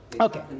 Okay